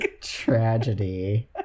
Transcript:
Tragedy